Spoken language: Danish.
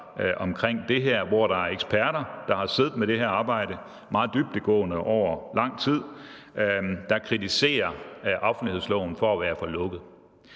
hvor der er eksperter, der har siddet med det her arbejde meget dybdegående over lang tid, og som kritiserer offentlighedsloven for at være for lukket.